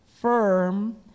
firm